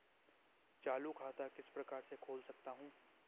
चालू खाता किस प्रकार से खोल सकता हूँ?